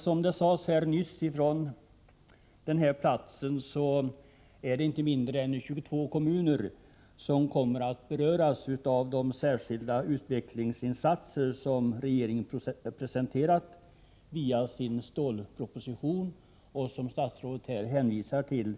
Som det sades nyss från denna talarstol är det dock inte mindre än 22 kommuner som kommer att beröras av de särskilda utvecklingsinsatser som regeringen presenterat i sin stålproposition och som statsrådet hänvisar till